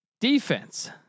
defense